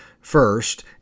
first